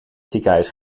ziekenhuis